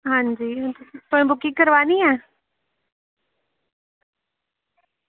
हां जी तुसें बुकिंग करोआनी ऐ